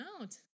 out